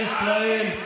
אזרחי ישראל,